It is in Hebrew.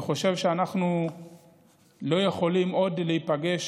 אני חושב שאנחנו לא יכולים עוד להיפגש